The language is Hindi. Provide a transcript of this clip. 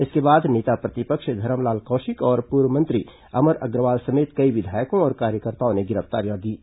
इसके बाद नेता प्रतिपक्ष धरमलाल कौशिक और पूर्व मंत्री अमर अग्रवाल समेत कई विधायकों और कार्यकर्ताओं ने गिरफ्तारियां दीं